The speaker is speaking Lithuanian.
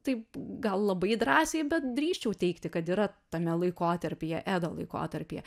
taip gal labai drąsiai bet drįsčiau teigti kad yra tame laikotarpyje edo laikotarpyje